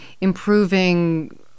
improving